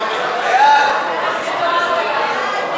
יעדי התקציב לשנות התקציב 2015 ו-2016),